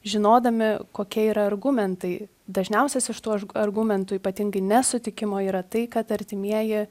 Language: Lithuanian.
žinodami kokie yra argumentai dažniausias iš tų argumentų ypatingai nesutikimo yra tai kad artimieji